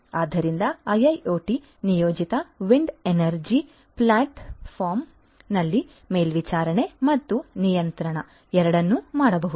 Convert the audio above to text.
ಆದ್ದರಿಂದ ಐಐಒಟಿ ನಿಯೋಜಿತ wind energy ಪ್ಲಾಟ್ಫಾರ್ಮ್ನಲ್ಲಿ ಮೇಲ್ವಿಚಾರಣೆ ಮತ್ತು ನಿಯಂತ್ರಣ ಎರಡನ್ನೂ ಮಾಡಬಹುದು